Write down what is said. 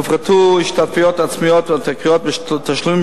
הופחתו השתתפויות עצמיות והתקרות בתשלומים